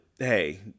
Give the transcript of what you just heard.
Hey